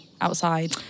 outside